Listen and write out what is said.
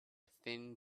thin